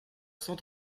sans